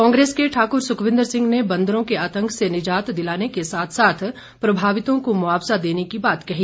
कांग्रेस के ठाकुर सुखविंदर सिंह ने बंदरों के आतंक से निजात दिलाने के साथ साथ प्रभावितों को मुआवजा देने की बात कही